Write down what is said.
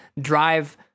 drive